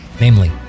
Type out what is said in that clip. Namely